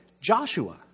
Joshua